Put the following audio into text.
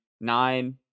nine